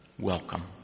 Welcome